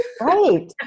Right